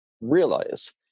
realize